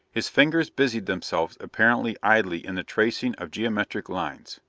his fingers busied themselves apparently idly in the tracing of geometric lines.